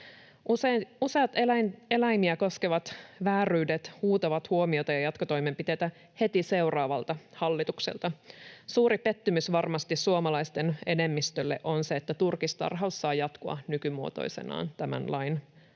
Useat eläimiä koskevat vääryydet huutavat huomiota ja jatkotoimenpiteitä heti seuraavalta hallitukselta. Suuri pettymys varmasti suomalaisten enemmistölle on se, että turkistarhaus saa jatkua nykymuotoisenaan tämän lain